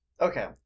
Okay